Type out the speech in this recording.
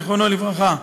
זיכרונו לברכה,